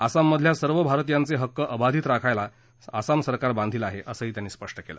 आसाममधल्या सर्व भारतीयांचे हक्क अबाधित राखायला आसाम सरकार बांधिल आहे असंही त्यांनी सांगितलं